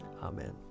amen